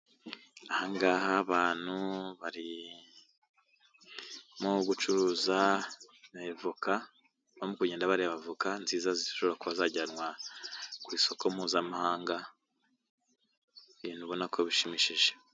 Ahaha abantu barimo gucuruza voka, babareba avoka nziza zishobora koba zajyanwa ku isoko mpuzamahanga, ibintu ubona ko bishimishije.